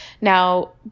Now